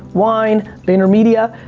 wine, intermedia.